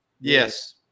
Yes